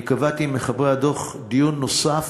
אני קבעתי עם מחברי הדוח דיון נוסף,